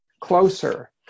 closer